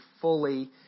fully